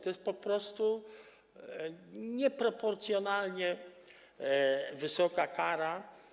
To jest po prostu nieproporcjonalnie wysoka kara.